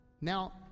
now